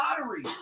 lottery